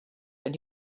then